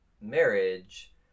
marriage